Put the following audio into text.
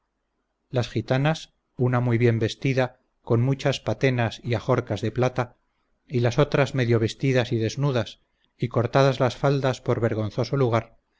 las gitanas una muy bien vestida con muchas patenas y ajorcas de plata y las otras medio vestidas y desnudas y cortadas las faldas por vergonzoso lugar